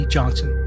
Johnson